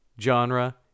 genre